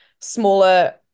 smaller